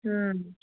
ହଁ